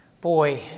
boy